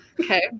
Okay